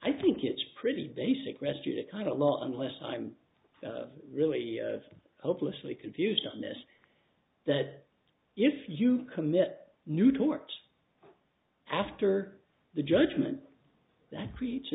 i think it's pretty basic rested kind of law unless i'm really hopelessly confused on this that if you commit new to works after the judgment that creates a